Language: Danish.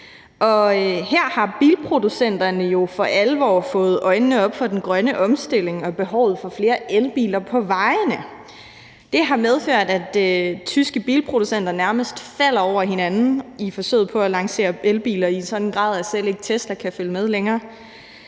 her har bilproducenterne jo for alvor fået øjnene op for den grønne omstilling og for behovet for flere elbiler på vejene. Det har medført, at tyske bilproducenter nærmest falder over hinanden i forsøget på at lancere elbiler i en sådan grad, at selv ikke Tesla kan følge med længere.